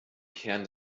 kern